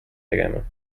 tegema